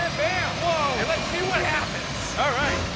and bam whoa! and let's see what happens. all right,